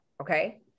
okay